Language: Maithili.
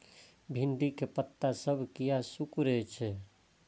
भिंडी के पत्ता सब किया सुकूरे छे?